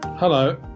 Hello